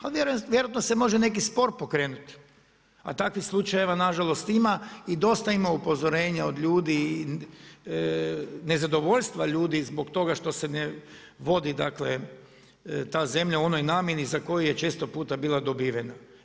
Ali vjerojatno se može i neki spor pokrenuti a takvih slučajeva nažalost ima i dosta ima upozorenja od ljudi i nezadovoljstva ljudi zbog toga što se ne vodi ta zemlja u onoj namjeni za koju je često puta bila dobivena.